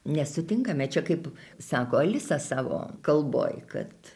nesutinkame čia kaip sako alisa savo kalboj kad